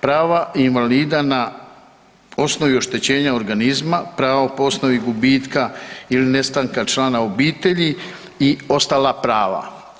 Prava invalida na osnovi oštećenja organizma, pravo po osnovi gubitka ili nestanka člana obitelji i ostala prava.